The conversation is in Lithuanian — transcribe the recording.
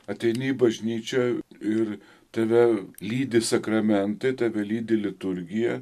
ateini į bažnyčią ir tave lydi sakramentai tave lydi liturgija